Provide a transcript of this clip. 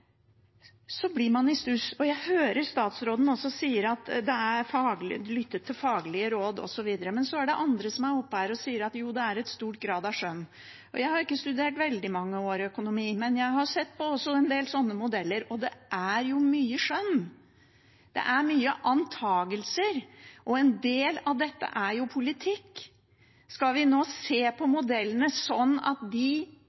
blir man i stuss. Jeg hører statsråden si at en må lytte til faglige råd osv., men så er det andre som er oppe her og sier at det er en stor grad av skjønn. Jeg har ikke studert økonomi i veldig mange år, men jeg har sett på en del sånne modeller, og det er jo mye skjønn. Det er mange antakelser, og en del av dette er politikk. Skal vi nå se på modellene, sånn at de